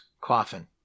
coffin